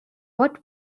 what